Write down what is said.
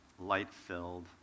light-filled